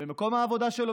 במקום העבודה שלו,